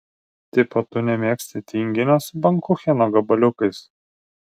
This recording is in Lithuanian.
tipo tu nemėgsti tinginio su bankucheno gabaliukais